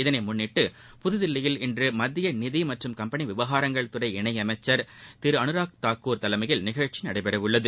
இதனை முன்னிட்டு புதுதில்லியில் இன்று மத்திய நிதி மற்றும் கம்பெனி விவகாரங்கள்துறை இணையமைச்சர் திரு அனுராக் தாக்கூர் தலைமையில் நிகழ்ச்சி நடைபெறவுள்ளது